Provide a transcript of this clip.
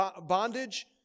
bondage